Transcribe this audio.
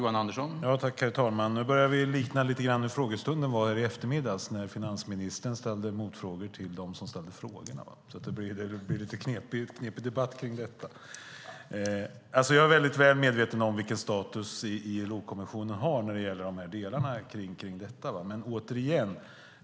Herr talman! Nu börjar detta likna dagens frågestund då finansministern ställde motfrågor till frågeställarna. Det blir en lite knepig debatt. Jag är mycket väl medveten om vilken status som ILO-kommittén har när det gäller dessa delar.